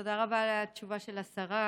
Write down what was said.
תודה רבה על התשובה של השרה.